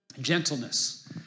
Gentleness